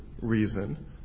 reason